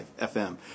FM